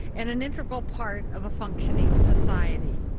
and an integral part of a functioning society.